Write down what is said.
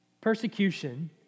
persecution